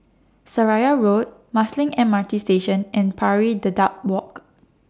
Seraya Road Marsiling M R T Station and Pari Dedap Walk